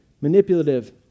manipulative